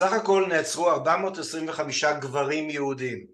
בסך הכול נעצרו 425 גברים יהודים